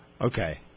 Okay